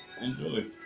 Enjoy